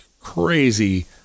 crazy